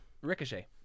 Ricochet